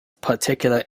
particular